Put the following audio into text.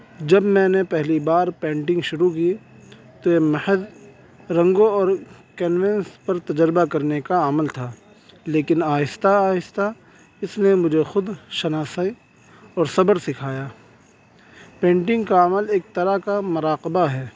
جب میں نے پہلی بار پینٹنگ شروع کی تو یہ محض رنگوں اور کینونس پر تجربہ کرنے کا عمل تھا لیکن آہستہ آہستہ اس نے مجھے خود شناسائی اور صبر سکھایا پینٹنگ کا عمل ایک طرح کا مراقبہ ہے